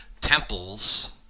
temples